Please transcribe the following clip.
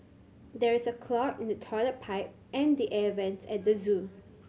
there is a clog in the toilet pipe and the air vents at the zoo